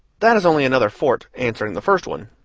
that is only another fort answering the first one.